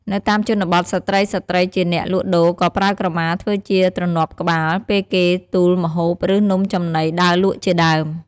នៅតាមជនបទ ស្ត្រីៗជាអ្នកលក់ដូរក៏ប្រើក្រមាធ្វើជាទ្រណាប់ក្បាល ពេលគេទូលម្ហូប ឬ នំចំណីដើរលក់ជាដើម។